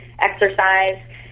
exercise